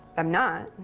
i'm not.